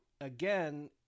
again